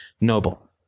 noble